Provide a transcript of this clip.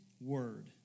word